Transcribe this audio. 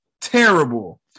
Terrible